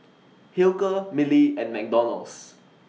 Hilker Mili and McDonald's